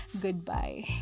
Goodbye